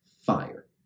fire